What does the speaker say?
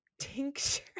Tincture